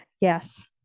Yes